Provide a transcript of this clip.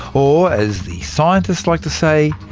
or as the scientists like to say,